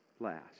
last